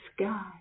sky